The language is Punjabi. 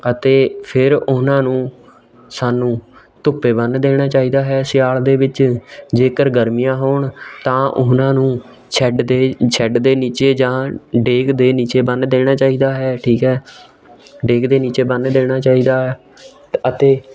ਅਤੇ ਫਿਰ ਉਹਨਾਂ ਨੂੰ ਸਾਨੂੰ ਧੁੱਪੇ ਬੰਨ੍ਹ ਦੇਣਾ ਚਾਹੀਦਾ ਹੈ ਸਿਆਲ ਦੇ ਵਿੱਚ ਜੇਕਰ ਗਰਮੀਆਂ ਹੋਣ ਤਾਂ ਉਹਨਾਂ ਨੂੰ ਸ਼ੈੱਡ ਦੇ ਸ਼ੈੱਡ ਦੇ ਨੀਚੇ ਜਾਂ ਡੇਕ ਦੇ ਨੀਚੇ ਬੰਨ੍ਹ ਦੇਣਾ ਚਾਹੀਦਾ ਹੈ ਠੀਕ ਹੈ ਡੇਕ ਦੇ ਨੀਚੇ ਬੰਨ੍ਹ ਦੇਣਾ ਚਾਹੀਦਾ ਅਤੇ